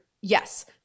Yes